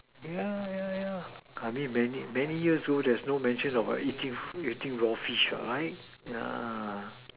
yeah yeah yeah I mean many years ago there's no mention about eating eating raw fish right yeah